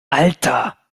alter